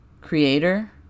creator